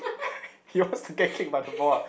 he wants to get kicked by the ball ah